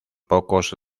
pocos